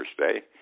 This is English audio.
Thursday